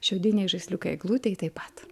šiaudiniai žaisliukai eglutei taip pat